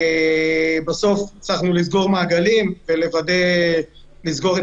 בסוף הצלחנו לסגור מעגלים ולסגור את